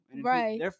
Right